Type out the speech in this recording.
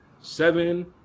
seven